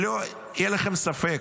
שלא יהיה לכם ספק,